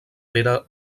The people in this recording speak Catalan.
pere